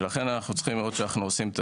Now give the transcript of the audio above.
ולכן אנחנו צריכים לראות שאנחנו עושים את